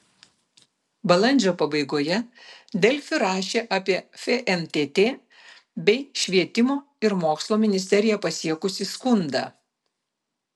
balandžio pabaigoje delfi rašė apie fntt bei švietimo ir mokslo ministeriją pasiekusį skundą